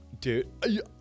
Dude